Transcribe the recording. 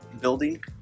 building